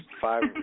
five